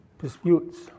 Disputes